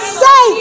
say